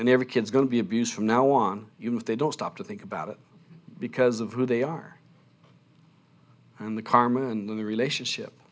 and every kid's going to be abused from now on you know if they don't stop to think about it because of who they are and the karma and the relationship